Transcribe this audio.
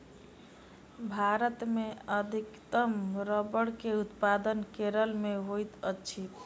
भारत मे अधिकतम रबड़ के उत्पादन केरल मे होइत अछि